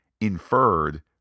inferred